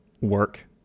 work